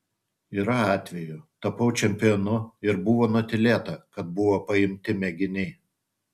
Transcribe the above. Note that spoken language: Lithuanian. yra atvejų tapau čempionu ir buvo nutylėta kad buvo paimti mėginiai